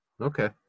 Okay